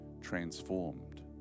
transformed